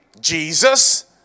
Jesus